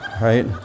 Right